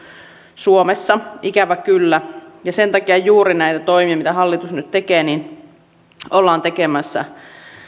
suomessa ikävä kyllä ja sen takia juuri näitä toimia mitä hallitus nyt tekee ollaan tekemässä